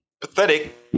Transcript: pathetic